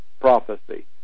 prophecy